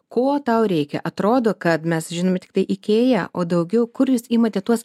ko tau reikia atrodo kad mes žinome tiktai ikėją o daugiau kur jūs imate tuos